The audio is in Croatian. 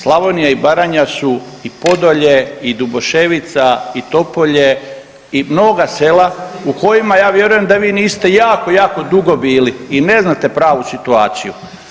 Slavonija i Baranja su i Podolje i Duboševica i Topolje i mnoga sela u kojima ja vjerujem da vi niste jako, jako dugo bili i ne znate pravu situaciju.